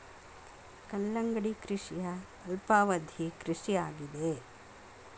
ಕಲ್ಲಂಗಡಿ ಕೃಷಿಯ ಅಲ್ಪಾವಧಿ ಕೃಷಿ ಆಗಿದೆ